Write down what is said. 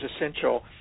essential